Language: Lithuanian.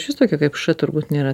išvis tokio kaip š turbūt nėra